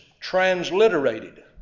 transliterated